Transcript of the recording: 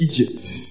egypt